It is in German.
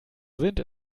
sind